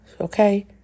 okay